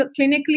clinically